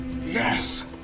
Yes